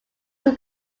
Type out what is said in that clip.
were